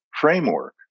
framework